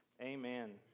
Amen